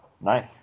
Nice